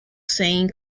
saying